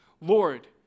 Lord